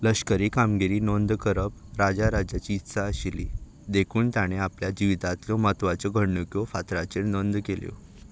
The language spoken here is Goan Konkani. लश्करी कामगिरी नोंद करप राजा राजाची इत्सा आशिल्ली देखून ताणें आपल्या जिवितांतल्यो म्हत्वाच्यो घडणुको फातराचेर नोंद केल्यो